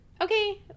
Okay